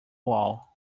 wall